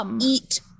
eat